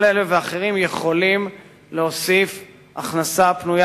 כל אלה ואחרים יכולים להוסיף הכנסה פנויה